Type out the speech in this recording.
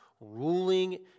ruling